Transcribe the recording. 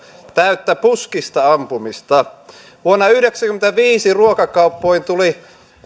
täyttä puskista ampumista vuonna yhdeksänkymmentäviisi ruokakauppoihin tuli